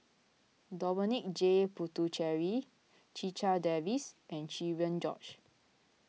Dominic J Puthucheary Checha Davies and Cherian George